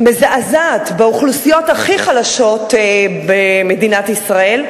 מזעזעת באוכלוסיות הכי חלשות במדינת ישראל,